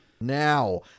Now